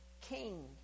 king